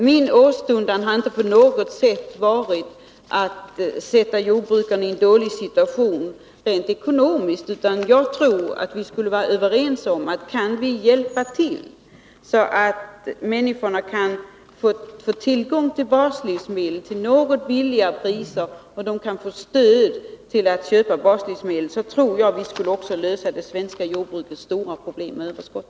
Min åstundan har inte på något sätt varit att sätta jordbrukarna i en dålig situation rent ekonomiskt. Men jag tror att vi kan vara överens om att om vi kunde stödja människornas köp av baslivsmedel genom att hjälpa till med att ge dem tillgång till baslivsmedel till något lägre priser, skulle vi också lösa det svenska jordbrukets stora problem med överskott.